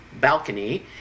balcony